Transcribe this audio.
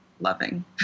Loving